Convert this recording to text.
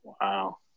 Wow